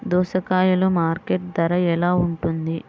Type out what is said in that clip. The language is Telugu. దోసకాయలు మార్కెట్ ధర ఎలా ఉంటుంది?